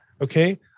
Okay